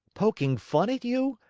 poking fun at you?